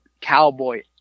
cowboy